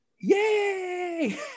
Yay